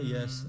Yes